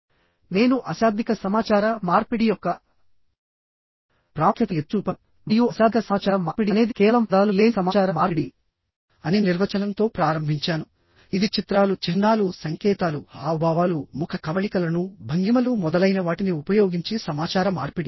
మునుపటి ఉపన్యాసంలో నేను అశాబ్దిక సమాచార మార్పిడి యొక్క ప్రాముఖ్యతను ఎత్తిచూపాను మరియు అశాబ్దిక సమాచార మార్పిడి అనేది కేవలం పదాలు లేని సమాచార మార్పిడి అని నిర్వచనంతో ప్రారంభించాను ఇది చిత్రాలు చిహ్నాలు సంకేతాలు హావభావాలు ముఖ కవళికలను భంగిమలు మొదలైనవాటిని ఉపయోగించి సమాచార మార్పిడి